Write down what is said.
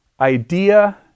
idea